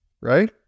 right